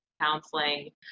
counseling